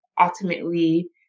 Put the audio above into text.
ultimately